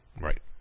Right